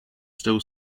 still